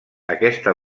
aquesta